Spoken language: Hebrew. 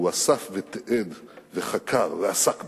הוא אסף ותיעד וחקר ועסק בזה.